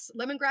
Lemongrass